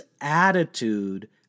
attitude